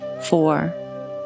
four